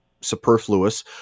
superfluous